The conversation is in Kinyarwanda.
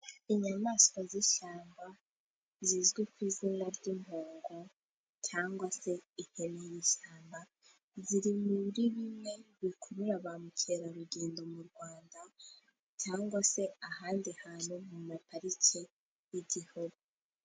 Inyamaswa z'ishyamba zizwi ku izina ry'impongo, cyangwa se ihene y'ishyamba, ziri muri bimwe bikurura ba mukerarugendo mu Rwanda, cyangwa se ahandi hantu mu mapariki y'igihu.